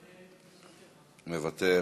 אני מוותר.